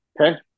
Okay